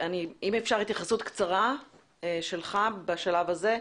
אם אפשר, התייחסות קצרה שלך בשלב הזה.